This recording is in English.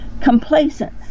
complacent